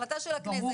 ההחלטה של הכנסת,